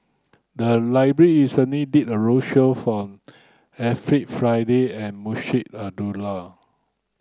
the library recently did a roadshow for Alfred Frisby and Munshi Abdullah